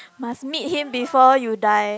must meet him before you die